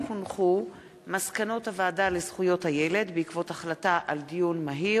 הודעה למזכירת הכנסת,